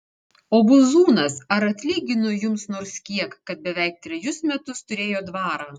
o buzūnas ar atlygino jums nors kiek kad beveik trejus metus turėjo dvarą